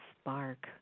spark